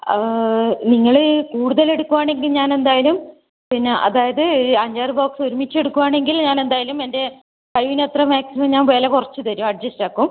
നിങ്ങൾ കൂടുതൽ എടുക്കുകയാണെങ്കിൽ ഞാൻ എന്തായാലും പിന്നെ അതായത് അഞ്ചാറ് ബോക്സ് ഒരുമിച്ച് എടുക്കുകയാണെങ്കിൽ ഞാൻ എന്തായാലും എൻ്റെ കഴിവിൻ്റെ അത്ര മാക്സിമം ഞാൻ വില കുറച്ച് തരും അഡ്ജസ്റ്റ് ആക്കും